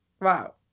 Wow